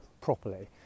properly